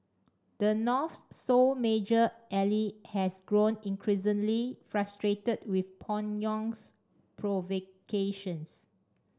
the North's sole major ally has grown increasingly frustrated with Pyongyang's provocations